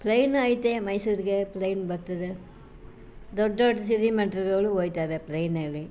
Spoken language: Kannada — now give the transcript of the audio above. ಪ್ಲೈನ್ ಐತೆ ಮೈಸೂರಿಗೆ ಪ್ಲೈನ್ ಬರ್ತದೆ ದೊಡ್ಡ ದೊಡ್ಡ ಶ್ರೀಮಂತ್ರುಗಳ್ ಒಯ್ತಾರೆ ಪ್ಲೈನಲ್ಲಿ